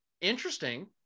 Interesting